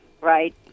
right